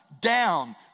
down